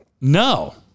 No